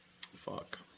Fuck